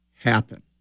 happen